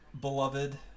beloved